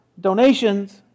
Donations